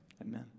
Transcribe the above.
Amen